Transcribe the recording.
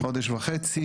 חודש וחצי.